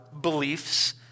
beliefs